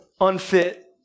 unfit